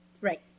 Right